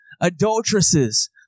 Adulteresses